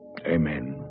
Amen